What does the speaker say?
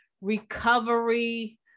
recovery